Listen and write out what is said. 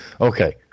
okay